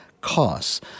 costs